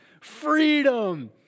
freedom